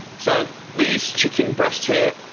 so these chicken breasts here,